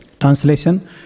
Translation